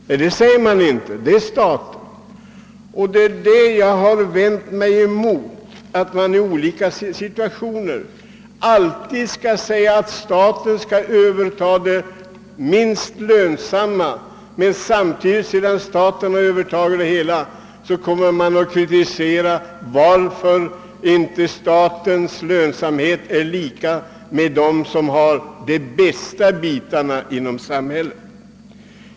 Nej, det är staten som skall klara problemen. Vad jag vänt mig mot är att man alltid i sådana här situationer säger, att det är staten som skall överta de minst lönsamma företagen. Men när staten gjort det, kritiserar man den statliga företagsamheten för att dess lönsamhet inte är lika stor som lönsamheten i de företag som tagit hand om de bästa bitarna.